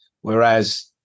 Whereas